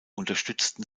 unterstützten